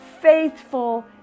faithful